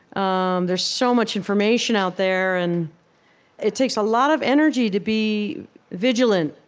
um there's so much information out there, and it takes a lot of energy to be vigilant.